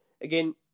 Again